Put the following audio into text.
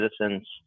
citizens